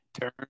turn